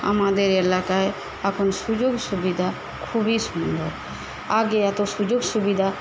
আমাদের এলাকায় এখন সুযোগ সুবিধা খুবই সুন্দর আগে এতো সুযোগ সুবিধা